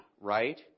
Right